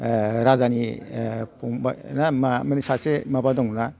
ओह राजानि ओह फंबाय ना मामोन सासे माबा दंना